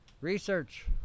research